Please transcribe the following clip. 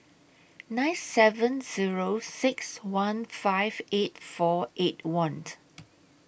nine seven Zero six one five eight four eight one